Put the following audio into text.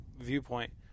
viewpoint